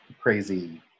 crazy